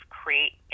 create